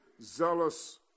zealous